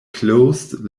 close